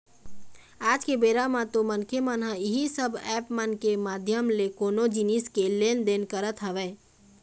आज के बेरा म तो मनखे मन ह इही सब ऐप मन के माधियम ले कोनो जिनिस के लेन देन करत हवय